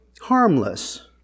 harmless